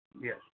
Yes